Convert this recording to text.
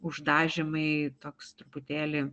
uždažymai toks truputėlį